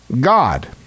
God